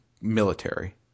military